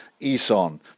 Eson